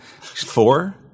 Four